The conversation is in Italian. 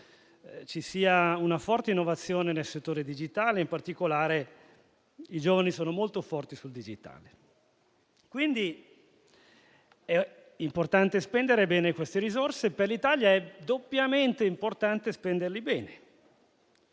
ci sia una forte innovazione nel settore digitale e in particolare i giovani sono molto forti in tale ambito. È quindi importante spendere bene queste risorse e per l'Italia è doppiamente importante, soprattutto